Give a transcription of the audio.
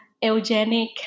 eugenic